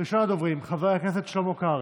ראשון הדוברים חבר הכנסת שלמה קרעי.